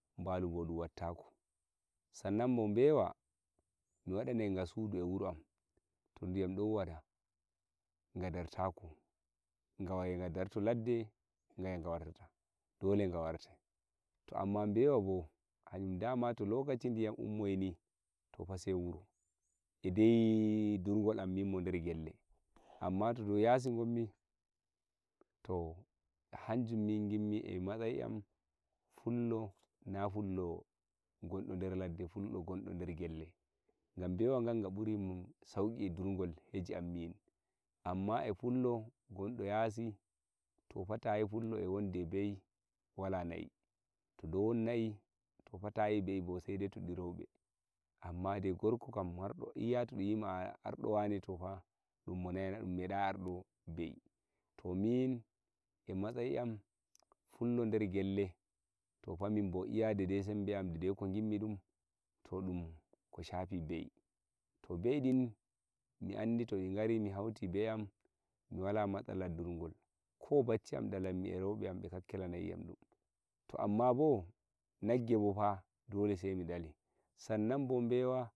gaskiya min mi buri yikki bewa gam ko wadi bewa min ko ummi mi ma mi don ndura be'i bewa hanga ko nanmi beldum mun bewa hanjn ndurgol mun wala bone e min pullo nder gelle amma fa lalle nagge beldum amma bewa ko wadi gidumi dum min e dai- dai sembe am dai- dai pullaku am ngu nder gelle bewa mdurgol mun wala bone sannan bo mi wadai dai- dai sembe am mi warai mi ndura dum e rimana yam bikkon mi ndura damdi din wala ndurgol wala matsala bone san nan e lokaci ngimmi ndurgol do to mi hebi e ganmi awa hudu zuwa uku to be'i am hari san nan bo mi wawai mi wadani bafe mi wartida na di to amma nagge ko nbalu dum ndurnata dum na non hude wa'i